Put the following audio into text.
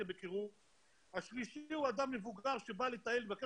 היא אמרה את זה מאוד יפה.